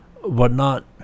whatnot